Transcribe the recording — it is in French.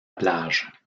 plage